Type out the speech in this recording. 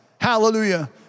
Hallelujah